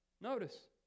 Notice